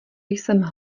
jsem